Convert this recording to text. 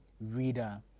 reader